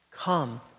Come